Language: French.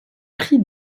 prit